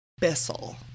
Bissell